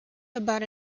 about